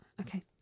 Okay